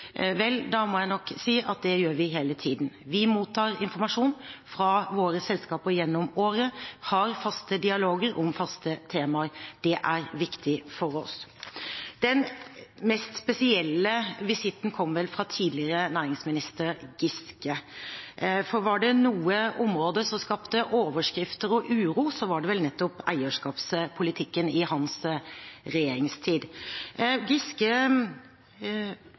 Vel, da må jeg nok si at det gjør vi hele tiden. Vi mottar informasjon fra våre selskaper gjennom året, og vi har faste dialoger om faste temaer. Det er viktig for oss. Den mest spesielle visitten kom vel fra tidligere næringsminister Giske, for var det et område som skapte overskrifter og uro i hans tid i regjering, så var det vel nettopp eierskapspolitikken. Giske mener han er i